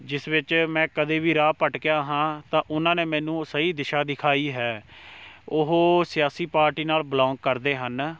ਜਿਸ ਵਿੱਚ ਮੈਂ ਕਦੇ ਵੀ ਰਾਹ ਭਟਕਿਆ ਹਾਂ ਤਾਂ ਉਹਨਾਂ ਨੇ ਮੈਨੂੰ ਸਹੀ ਦਿਸ਼ਾ ਦਿਖਾਈ ਹੈ ਉਹ ਸਿਆਸੀ ਪਾਰਟੀ ਨਾਲ਼ ਬਿਲੋਂਗ ਕਰਦੇ ਹਨ